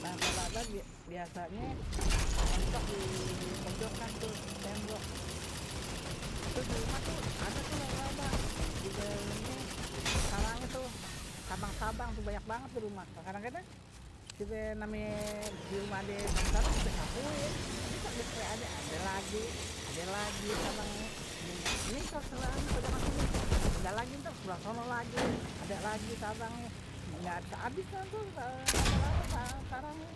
Laba-laba biasanye nemprok di pojokan, tembok. Di rumah tu ada laba-laba. Ini sarangnya tu sabang-sabang banyak banget di rumah. Kadang-kadang kite namanya di rumah ada sabang-sabang kite sapuin. Tapi ntar besok ade lagi, sabangnya ada lagi. Ini harus di fojokan sini. Pindah lagi nanti sebelah sana lagi. Ada lagi sabangnya. Tidak bisa habis tu laba-laba sarangnya.